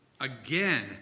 again